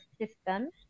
system